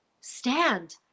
stand